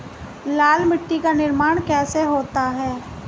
लाल मिट्टी का निर्माण कैसे होता है?